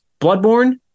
Bloodborne